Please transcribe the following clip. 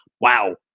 wow